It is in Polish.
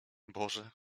boże